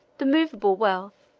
the movable wealth,